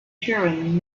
children